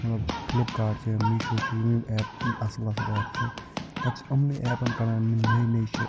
مطلب فِلپکارٹ چھُ میٖشو چھُ یِم یِم ایپہٕ یِم اصٕل اصٕل ایپ چھِ پَتہٕ تہِ إمنٕے ایپَن کڑان یِم نٔے نٔے چھِ